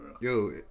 Yo